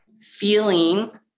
feeling